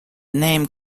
name